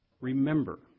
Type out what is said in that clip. remember